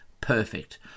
Perfect